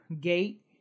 gate